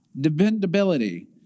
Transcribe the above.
dependability